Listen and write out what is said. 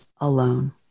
alone